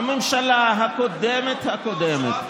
הממשלה הקודמת הקודמת,